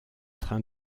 train